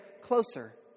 closer